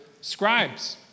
scribes